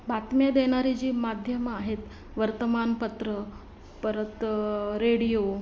बातम्या देणारी जी माध्यम आहेत वर्तमानपत्र परत रेडिओ